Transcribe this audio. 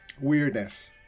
weirdness